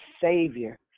Savior